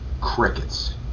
crickets